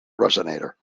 resonator